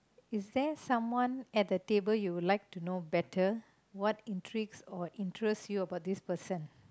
is there someone at the table you would like to know better what intrigues or interest you about this person